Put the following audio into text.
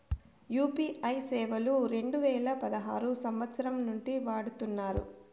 UPI సేవలు రెండు వేల పదహారు సంవచ్చరం నుండి వాడుతున్నారు